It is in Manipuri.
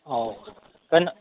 ꯑꯧ ꯀꯩꯅꯣ